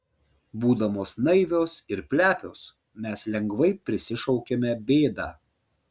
būdamos naivios ir plepios mes lengvai prisišaukiame bėdą